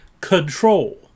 control